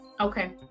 okay